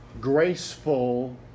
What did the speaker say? graceful